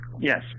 Yes